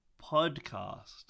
Podcast